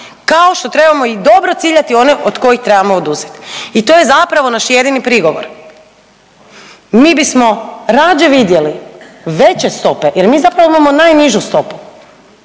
kao što trebamo i dobro ciljati one od kojih trebamo oduzet i to je zapravo naš jedini prigovor. Mi bismo rađe vidjeli veće stope jer mi zapravo imamo najnižu stopu